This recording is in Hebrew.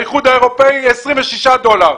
האיחוד האירופאי, 26 דולר.